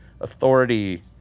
authority